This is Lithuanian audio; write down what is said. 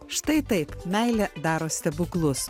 štai taip meilė daro stebuklus